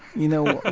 you know.